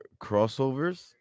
crossovers